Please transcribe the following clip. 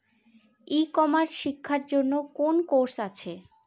ই commerce শেক্ষার জন্য কোন কোর্স আছে?